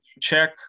check